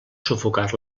sufocar